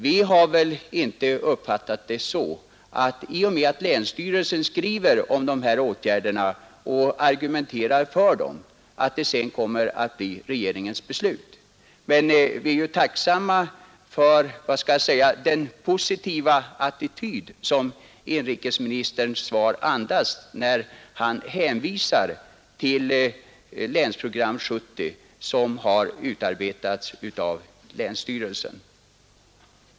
Vi har inte uppfattat det så att i och med att länsstyrelsen skriver om dessa åtgärder och argumenterar för dem, kommer detta sedan att bli regeringens beslut. Men vi är tacksamma för den positiva attityd som inrikesministerns svar andas när han hänvisar till Länsprogram 70, som har utarbetats av länsstyrelsen.